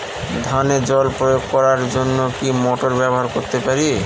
ধানে জল প্রয়োগ করার জন্য কি মোটর ব্যবহার করতে পারি?